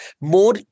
more